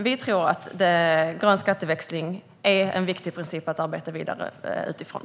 Vi tror dock att grön skatteväxling är en viktig princip att arbeta vidare utifrån.